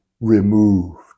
removed